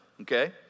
okay